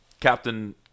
Captain